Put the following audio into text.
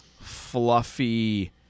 fluffy